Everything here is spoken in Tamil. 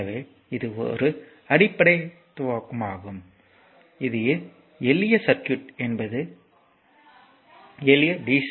எனவே இது ஒரு அடிப்படை தத்துவமாகும் இது எளிய சர்க்யூட் என்பது எளிய டி